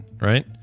right